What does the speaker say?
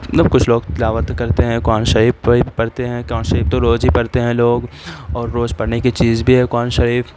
مطلب کچھ لوگ تلاوت کرتے ہیں قرآن شریف پڑھی پڑھتے ہیں قرآن شریف تو روز ہی پڑھتے ہیں لوگ اور روز پڑھنے کی چیز بھی ہے قرآن شریف